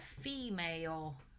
female